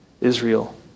Israel